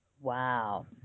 Wow